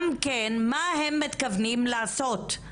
לשאול מה הם מתכוונים לעשות.